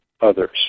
others